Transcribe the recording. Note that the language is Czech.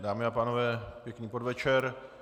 Dámy a pánové pěkný podvečer.